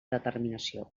determinació